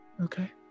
Okay